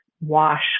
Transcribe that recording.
wash